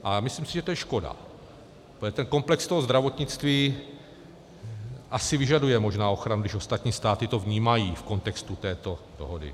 A myslím si, že to je škoda, protože komplex toho zdravotnictví asi vyžaduje možná ochranu, když ostatní státy to vnímají v kontextu této dohody.